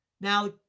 Now